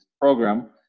program